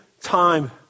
time